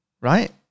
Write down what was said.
right